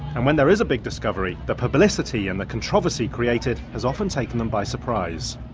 and when there is a big discovery the publicity and the controversy created has often taken them by surprise.